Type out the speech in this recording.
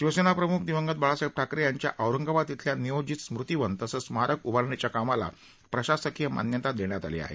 शिवसेनाप्रम्ख दिवंगत बाळासाहेब ठाकरे यांच्या औरंगाबाद इथल्या नियोजित स्मृतिवन तसंच स्मारक उभारणीच्या कामाला प्रशासकीय मान्यता देण्यात आली आहे